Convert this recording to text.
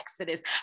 exodus